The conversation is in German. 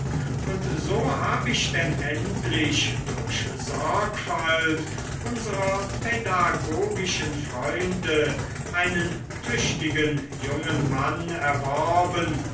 und so hab ich denn endlich durch sorgfalt unserer pädagogischen freunde einen tüchtigen jungen mann erworben